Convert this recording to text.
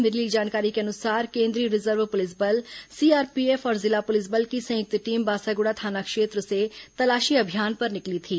मिली जानकारी के अनुसार केंद्रीय रिजर्व पुलिस बल सीआरपीएफ और जिला पुलिस बल की संयुक्त टीम बासागुड़ा थाना क्षेत्र से तलाशी अभियान पर निकली थी